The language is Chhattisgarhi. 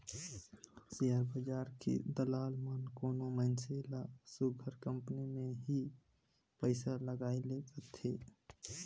सेयर बजार के दलाल मन कोनो मइनसे ल सुग्घर कंपनी में ही पइसा लगाए ले कहथें